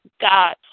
God